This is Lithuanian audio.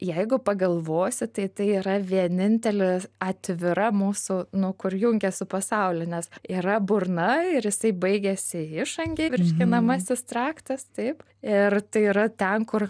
jeigu pagalvosi tai tai yra vienintelė atvira mūsų nu kur jungias su pasauliu nes yra burna ir jisai baigiasi išangėj virškinamasis traktas taip ir tai yra ten kur